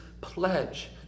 pledge